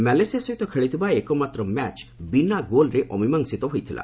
Malaysia ସହିତ ଖେଳିଥିବା ଏକମାତ୍ର ମ୍ୟାଚ୍ ବିନା ଗୋଲ୍ରେ ଅମିମାଂସିତ ହୋଇଥିଲା